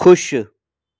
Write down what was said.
खु़शि